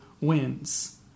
wins